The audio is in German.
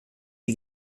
die